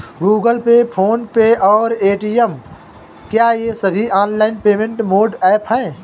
Google pay PhonePe और Paytm क्या ये सभी ऑनलाइन पेमेंट मोड ऐप हैं?